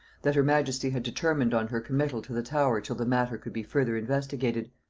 that her majesty had determined on her committal to the tower till the matter could be further investigated.